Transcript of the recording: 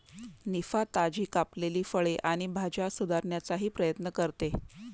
निफा, ताजी कापलेली फळे आणि भाज्या सुधारण्याचाही प्रयत्न करते